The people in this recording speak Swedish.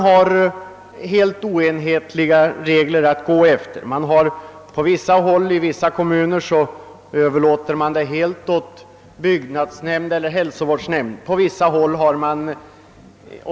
De regler man har att följa är helt oenhetliga. På vissa håll överlåter man naturvårdsarbetet helt till byggnadsnämnden eller hälsovårdsnämnden.